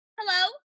Hello